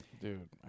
dude